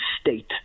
state